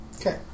Okay